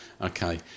okay